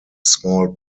small